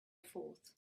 forth